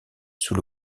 sous